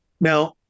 now